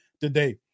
today